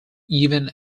even